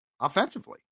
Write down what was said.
offensively